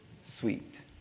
sweet